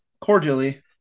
cordially